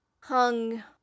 hung